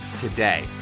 today